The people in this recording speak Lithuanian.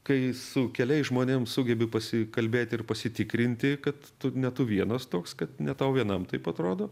kai su keliais žmonėm sugebi pasikalbėti ir pasitikrinti kad tu ne tu vienas toks kad ne tau vienam taip atrodo